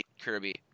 Kirby